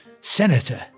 senator